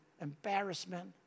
embarrassment